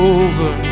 over